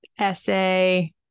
essay